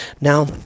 Now